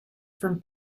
from